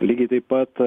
lygiai taip pat